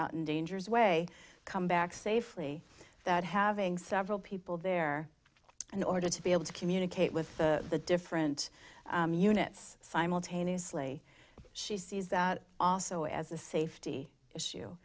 in dangers way come back safely that having several people there in order to be able to communicate with the different units simultaneously she sees that also as a safety issue